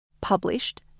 published